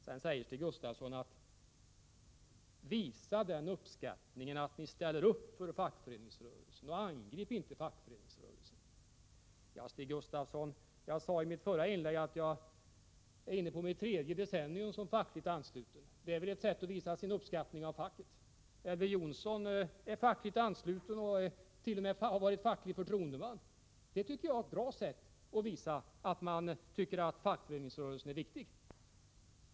Sedan säger Stig Gustafsson: Visa er uppskattning och ställ upp för fackföreningsrörelsen! Angrip inte fackföreningsrörelsen! Ja, Stig Gustafsson, jag sade i mitt förra inlägg att jag är inne på mitt tredje decennium som fackligt ansluten. Det är väl ett sätt att visa att man uppskattar facket. Elver Jonsson är fackligt ansluten, och han hart.o.m. varit facklig förtroendeman. Det tycker jag är ett bra sätt att visa att man tycker att fackföreningsrörelsen är viktig.